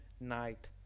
night